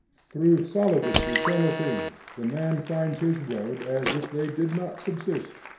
through solidest eternal things the man finds his road as if they did not subsist,